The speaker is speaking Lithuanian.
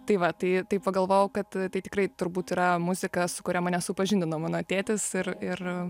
tai va tai tai pagalvojau kad tai tikrai turbūt yra muzika su kuria mane supažindino mano tėtis ir ir